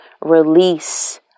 release